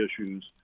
issues